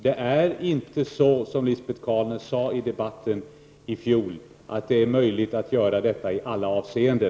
Det är inte så, som Lisbet Calner sade i debatten i fjol, att det är möjligt att göra på detta sätt i alla avseenden.